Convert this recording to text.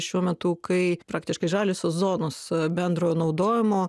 šiuo metu kai praktiškai žaliosios zonos bendrojo naudojimo